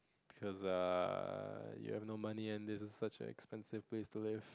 cause err you have no money and this is such an expensive place to live